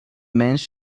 mensch